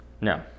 No